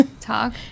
talk